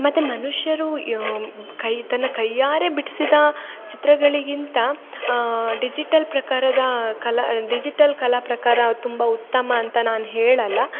ಮತ್ತು ಮನುಷ್ಯರು ಕೈ ತನ್ನ ಕೈಯಾರೇ ಬಿಡಿಸಿದ ಚಿತ್ರಗಳಿಗಿಂತ ಡಿಜಿಟಲ್ ಪ್ರಕಾರದ ಕಲಾ ಡಿಜಿಟಲ್ ಕಲಾ ಪ್ರಕಾರ ತುಂಬ ಉತ್ತಮ ಅಂತ ನಾನು ಹೇಳಲ್ಲ